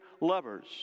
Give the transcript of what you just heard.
lovers